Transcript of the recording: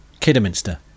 Kidderminster